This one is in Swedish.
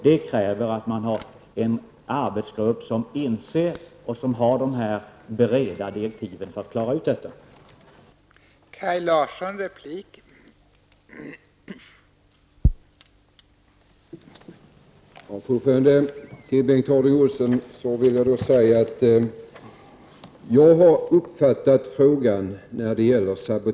Det krävs att man har en arbetsgrupp som inser det och som arbetar utifrån sådana direktiv för att den skall kunna klara ut det.